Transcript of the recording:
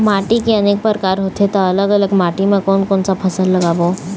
माटी के अनेक प्रकार होथे ता अलग अलग माटी मा कोन कौन सा फसल लगाबो?